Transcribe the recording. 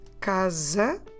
Casa